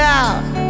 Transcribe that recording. out